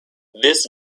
this